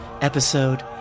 episode